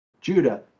Judah